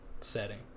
setting